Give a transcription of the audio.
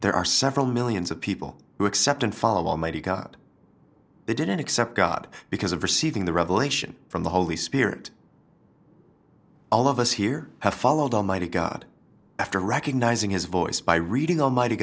there are several millions of people who accept and follow almighty god they didn't accept god because of receiving the revelation from the holy spirit all of us here have followed almighty god after recognizing his voice by reading almighty